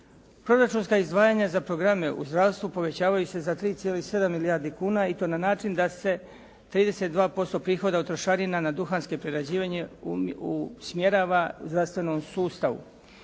Proračunska izdvajanja za programe u zdravstvu povećavaju se za 3,7 milijardi kuna i to na način da se 32% prihoda od trošarina na duhanske prerađevine usmjerava zdravstvenom sustavu.